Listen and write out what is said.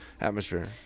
atmosphere